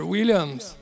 Williams